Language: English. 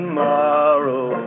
Tomorrow